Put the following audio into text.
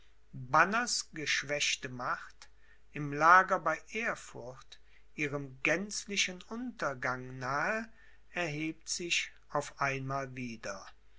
banners geschwächte macht im lager bei erfurt ihrem gänzlichen untergang nahe erhebt sich auf einmal wieder